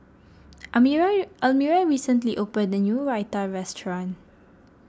Almira Almira recently opened a new Raita restaurant